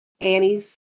Annie's